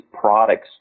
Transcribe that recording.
products